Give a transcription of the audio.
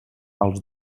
als